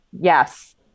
Yes